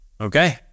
Okay